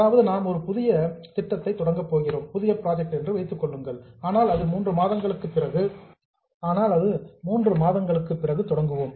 அதாவது நாம் ஒரு புதிய ப்ராஜெக்ட் திட்டத்தை தொடங்கப் போகிறோம் ஆனால் அது மூன்று மாதங்களுக்கு பிறகு தொடங்குவோம்